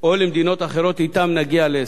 או למדינות אחרות שאתן נגיע להסכם.